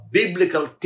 biblical